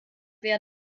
werden